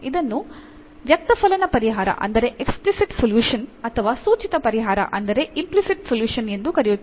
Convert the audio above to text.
ಇದನ್ನು ವ್ಯಕ್ತಫಲನ ಪರಿಹಾರ ಅಥವಾ ಸೂಚಿತ ಪರಿಹಾರ ಎಂದು ಕರೆಯುತ್ತೇವೆ